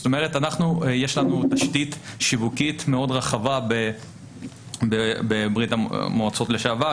זאת אומרת יש לנו תשתית שיווקית מאוד רחבה בברה"מ לשעבר,